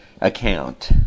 account